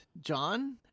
John